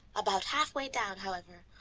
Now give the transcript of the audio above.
about half way down, however,